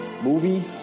Movie